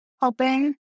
helping